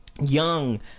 Young